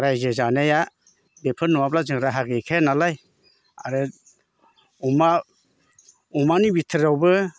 रायजो जानाया बेफोर नङाब्ला जों राहा गैखाया नालाय आरो अमा अमानि बिथोरावबो